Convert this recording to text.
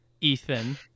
Ethan